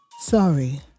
Sorry